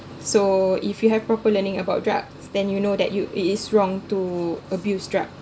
so if you have proper learning about drugs then you know that you it is wrong to abuse drugs